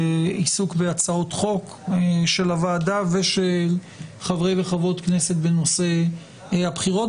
לעיסוק בהצעות חוק של הוועדה ושל חברות וחברי הכנסת בנושא הבחירות.